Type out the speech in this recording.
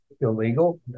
illegal